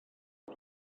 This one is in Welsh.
mae